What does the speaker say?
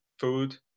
food